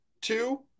Two